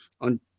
on